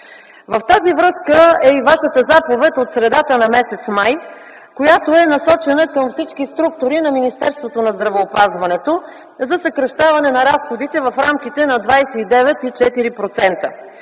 В тази връзка е и Вашата заповед от средата на м. май т.г., насочена към всички структури на Министерството на здравеопазването – за съкращаване на разходите в рамките на 29,4%.